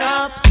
up